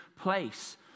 place